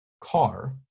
car